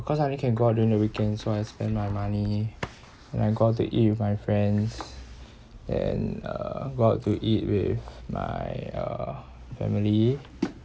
because I only can go out during the weekends so I spend my money when I go out to eat with my friends and uh go out to eat with my uh family